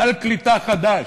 סל קליטה חדש.